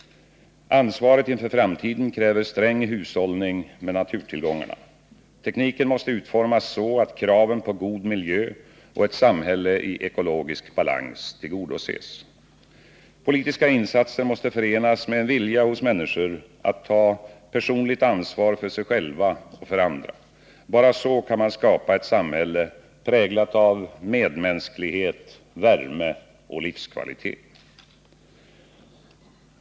Ansvaret inför framtiden kräver sträng hushållning med naturtillgångarna. Tekniken måste utformas så att kraven på god miljö och ett samhälle i ekologisk balans tillgodoses. Politiska insatser måste förenas med en vilja hos människor att ta personligt ansvar för sig själva och för andra. Bara så kan man skapa ett samhälle präglat av medmänsklighet, värme och livskvalitet.